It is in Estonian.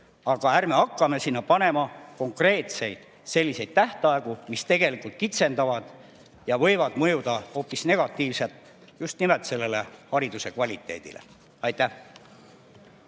Aga ärme hakkame seadma konkreetseid tähtaegu, mis on tegelikult kitsendavad ja võivad mõjuda hoopis negatiivselt just nimelt hariduse kvaliteedile. Aitäh!